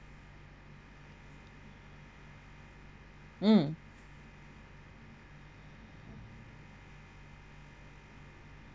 mm